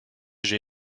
j’ai